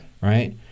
right